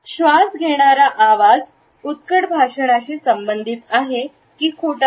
श्वास घेणारा आवाज उत्कट भाषणाशी संबंधित आहे की खोटा